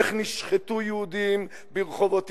איך נשחטו יהודים ברחובות עירק,